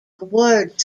award